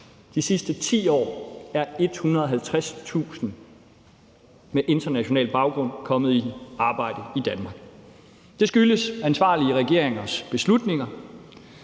De sidste 10 år er 150.000 med international baggrund kommet i arbejde i Danmark. Det skyldes ansvarlige regeringers beslutninger;